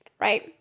right